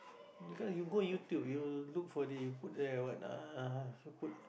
because you go YouTube you look for the you put the what uh you put